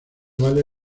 vale